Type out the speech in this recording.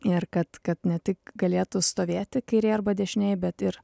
ir kad kad ne tik galėtų stovėti kairėj arba dešinėj bet ir